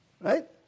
right